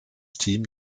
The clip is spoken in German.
team